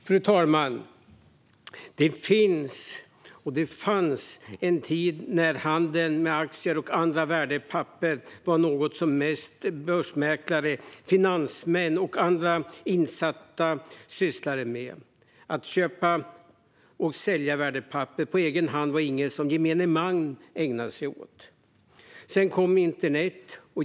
Fru talman! Det fanns en tid när handel med aktier och andra värdepapper var något som framför allt börsmäklare, finansmän och andra insatta sysslade med. Att köpa och sälja värdepapper på egen hand var inget som gemene man ägnade sig åt. Sedan kom internet.